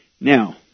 Now